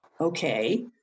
okay